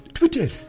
Twitter